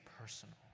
personal